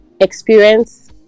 experience